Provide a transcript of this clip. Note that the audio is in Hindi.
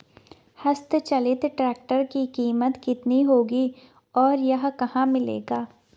हस्त चलित ट्रैक्टर की कीमत कितनी होगी और यह कहाँ मिलेगा?